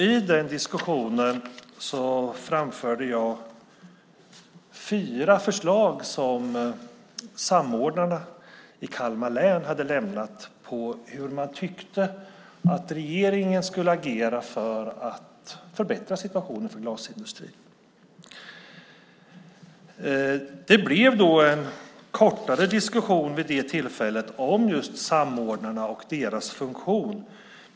I den diskussionen framförde jag fyra förslag som samordnarna i Kalmar län hade lämnat på hur man tyckte att regeringen skulle agera för att förbättra situationen för glasindustrin. Det blev en kortare diskussion vid det tillfället om samordnarna och deras funktion.